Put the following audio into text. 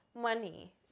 money